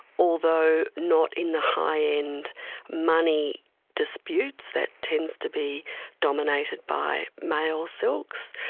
although not in the high-end money disputes, that tends to be dominated by male silks.